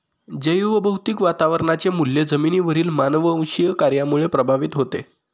जैवभौतिक वातावरणाचे मूल्य जमिनीवरील मानववंशीय कार्यामुळे प्रभावित होते